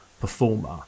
performer